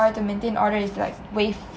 required to maintain order is like waived